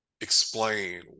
explain